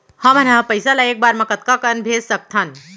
हमन ह पइसा ला एक बार मा कतका कन भेज सकथन?